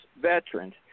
veterans